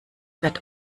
wird